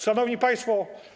Szanowni Państwo!